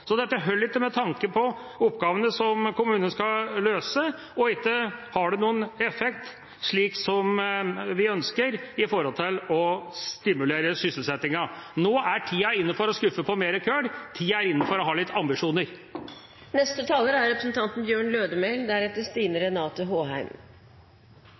så langt synes å være tilfellet, svikter også den sittende regjeringa. Dette holder ikke, med tanke på oppgavene som kommunene skal løse, og ikke har det noen effekt, slik vi ønsker, med hensyn til å stimulere sysselsettinga. Nå er tida inne for å skuffe på mer «køl» – tida er inne for å ha litt